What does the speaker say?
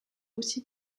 aussi